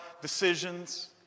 decisions